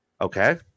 Okay